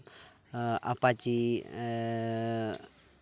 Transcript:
apache